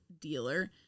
dealer